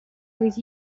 with